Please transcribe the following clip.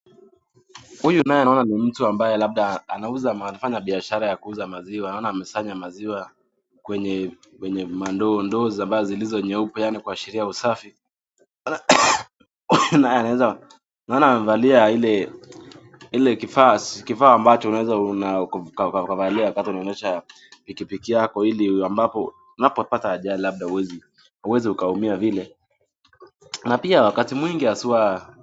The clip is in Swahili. Huyu naye anaona ni mtu ambaye labda anauza anafanya biashara ya kuuza maziwa. Naona amesanya maziwa kwenye kwenye mandoo ndoozi ambazo zilizonyupe yaani kuashiria usafi. Naye anaweza Naona amevalia ile ile kifaa kifaa ambacho unaweza ukavalia wakati unaonyesha pikipiki yako ili ambapo unapopata ajali labda huwezi huwezi ukaumia vile. Na pia wakati mwingi aswa.